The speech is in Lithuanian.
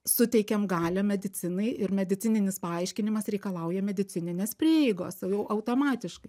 suteikiam galią medicinai ir medicininis paaiškinimas reikalauja medicininės prieigos o jau automatiškai